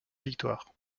victoire